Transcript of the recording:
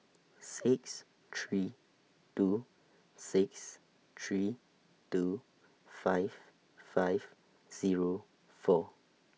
six three two six three two five five Zero four